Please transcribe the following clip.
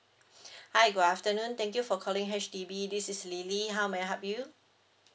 hi good afternoon thank you for calling H_D_B this is lily how may I help you